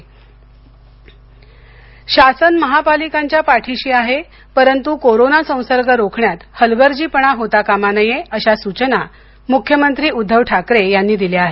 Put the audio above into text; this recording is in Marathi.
म्ख्यमंत्री शासन महापालिकांच्या पाठीशी आहे परंतु कोरोना संसर्ग रोखण्यात हलगर्जीपणा होता कामा नये अशा सूचना मुख्यमंत्री उद्धव ठाकरे यांनी दिल्या आहेत